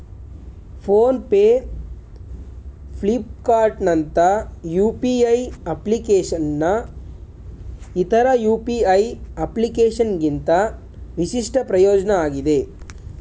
phone pay ಫ್ಲಿಪ್ಕಾರ್ಟ್ನಂತ UPI ಅಪ್ಲಿಕೇಶನ್ನ್ ಇತರ ಯು.ಪಿ.ಐ ಅಪ್ಲಿಕೇಶನ್ಗಿಂತ ವಿಶಿಷ್ಟ ಪ್ರಯೋಜ್ನ ಆಗಿದೆ